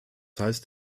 heißt